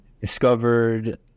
discovered